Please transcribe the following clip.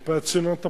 מפאת צנעת הפרט.